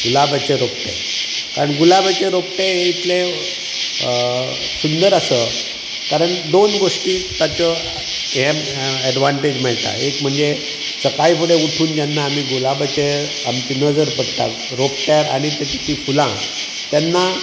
गुलाबाचें रोपटें कारण गुलाबाचें रोपटें हें इतलें सुंदर आसा कारण दोन गोश्टी ताच्यो यें हें एडवांटेज मेळटा एक म्हणजे सकाळीं फुडें उठून जेन्ना आमीं गुलाबाचेंर आमचीं नजर पडटा रोंपट्यार आनी तेन्ना त्या फुलां तेन्ना